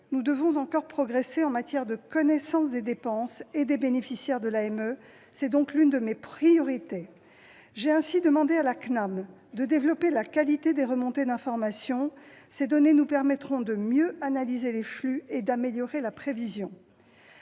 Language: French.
nous devons encore progresser en matière de connaissance des dépenses et des bénéficiaires de l'AME. C'est une de mes priorités. J'ai ainsi demandé à la CNAM de développer la qualité des remontées d'information. Ces données nous permettront de mieux analyser les flux et d'améliorer la prévision.